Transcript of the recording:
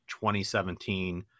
2017